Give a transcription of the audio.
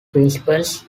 principles